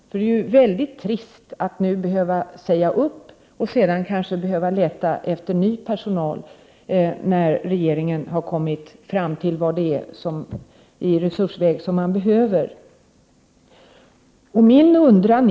Det är ju trist om man nu måste säga upp personal och sedan, när regeringen har kommit fram till vilka resurser IPM är i behov av, behöver leta efter ny personal.